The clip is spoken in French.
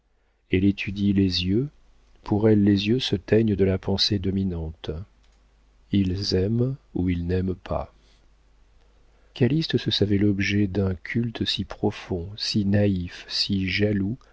elle étudie les yeux pour elle les yeux se teignent de la pensée dominante ils aiment ou ils n'aiment pas calyste se savait l'objet d'un culte si profond si naïf si jaloux